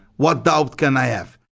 what doubt can i have?